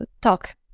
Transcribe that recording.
talk